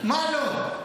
--- מה לא?